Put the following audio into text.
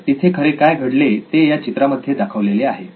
तर तिथे खरे काय घडले ते या चित्रामध्ये दाखवलेले आहे